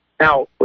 Now